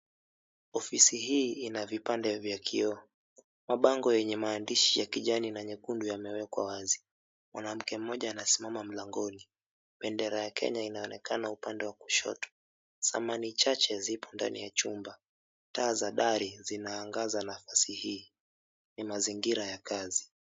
Ofisi hii ina vipande vya kioo. Mabango yenye maandishi ya kijani na nyekundu yamewekwa wazi. Mwanamke mmoja anasimama mlangoni. Bendera ya Kenya inaonekana upande wa kushoto. Samani chache zipo ndani ya chumba. Taa za dari zinaangaza nafasi hii. Ni mazingira ya kazi.